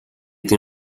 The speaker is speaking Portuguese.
tem